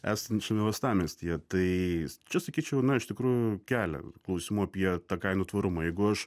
esančiame uostamiestyje tai čia sakyčiau na iš tikrųjų kelia klausimų apie tą kainų tvarumą jeigu aš